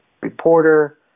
reporter